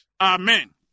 amen